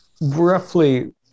roughly